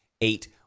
eight